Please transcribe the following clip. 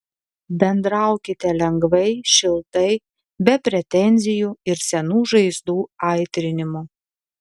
bendraukite lengvai šiltai be pretenzijų ir senų žaizdų aitrinimo